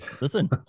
listen